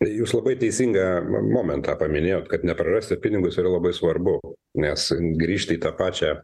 jūs labai teisingą ma momentą paminėjot kad neprarasti pinigus yra labai svarbu nes grįžti į tą pačią